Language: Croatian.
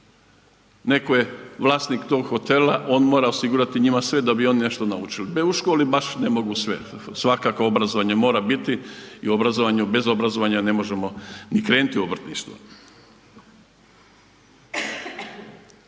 neko je vlasnik tog hotela on mora osigurati njima sve da bi oni nešto naučili. U školi baš ne mogu sve, svakako obrazovanje mora biti i bez obrazovanja ne možemo ni krenuti u obrtništvo.